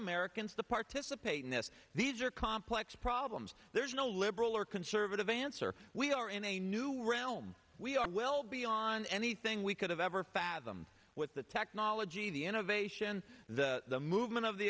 americans to participate in this these are complex problems there's no liberal or conservative serv advancer we are in a new realm we are well beyond anything we could have ever fathom with the technology the innovation the movement of the